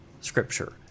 Scripture